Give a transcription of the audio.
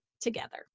together